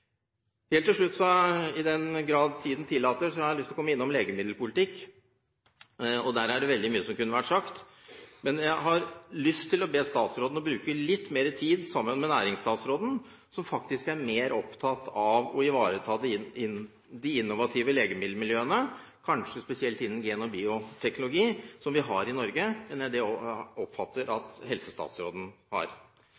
Helt til slutt – i den grad tiden tillater det – har jeg lyst til å komme inn på legemiddelpolitikk, og der er det veldig mye som kunne vært sagt. Men jeg har lyst til å be helsestatsråden bruke litt mer tid sammen med næringsstatsråden, som faktisk er mer opptatt av å ivareta de innovative legemiddelmiljøene som vi har i Norge – kanskje spesielt innen gen- og bioteknologi – enn det jeg oppfatter at helsestatsråden er. Det